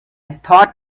thought